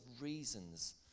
reasons